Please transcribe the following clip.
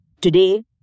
Today